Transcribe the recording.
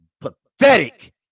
pathetic